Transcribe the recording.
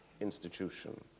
institution